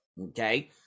Okay